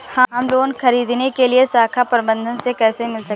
हम लोन ख़रीदने के लिए शाखा प्रबंधक से कैसे मिल सकते हैं?